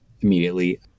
immediately